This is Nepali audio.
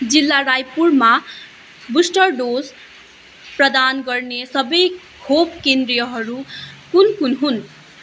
जिल्ला रायपुरमा बुस्टर डोज प्रदान गर्ने सबै खोप केन्द्रहरू कुन कुन हुन्